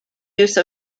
use